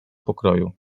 pokroju